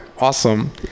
Awesome